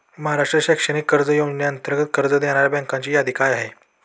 महाराष्ट्र शैक्षणिक कर्ज योजनेअंतर्गत कर्ज देणाऱ्या बँकांची यादी काय आहे?